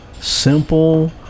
simple